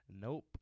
Nope